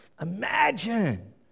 imagine